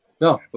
No